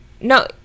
no